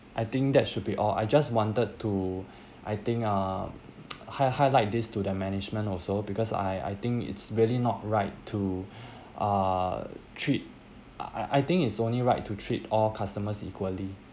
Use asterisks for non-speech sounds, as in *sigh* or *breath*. I think that should be all I just wanted to I think uh *noise* hi~ highlight this to the management also because I I think it's really not right to *breath* uh treat I I think it's only right to treat all customers equally